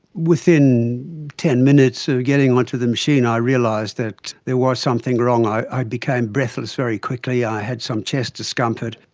within ten minutes of getting onto the machine i realised that there was something wrong, i became breathless very quickly, i had some chest discomfort.